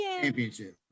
championship